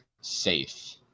safe